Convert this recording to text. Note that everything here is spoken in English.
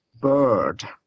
bird